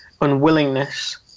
unwillingness